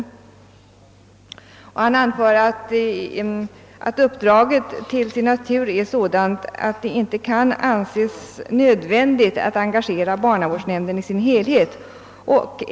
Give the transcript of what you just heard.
Departementschefen anför också att uppdraget till sin natur är sådant att det inte kan anses nödvändigt att engagera barnavårdsnämnden i dess helhet.